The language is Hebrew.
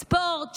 ספורט,